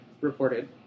reported